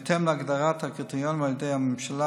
בהתאם להגדרת הקריטריונים על ידי הממשלה